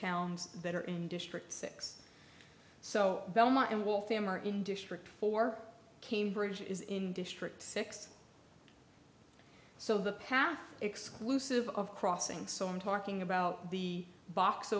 towns that are in district six so belmont in waltham or in district four cambridge is in district six so the path exclusive of crossing so i'm talking about the box